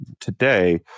today